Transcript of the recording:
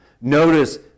Notice